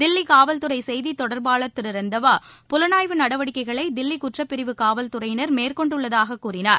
தில்லி காவல் துறை செய்தி தொடர்பாளர் திரு ரெந்தவா புலனாய்வு நடவடிக்கைகளை தில்லி குற்றப்பிரிவு காவல் துறையினர் மேற்கொண்டுள்ளதாகவும் கூறினார்